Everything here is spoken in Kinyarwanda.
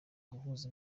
guhuza